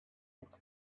its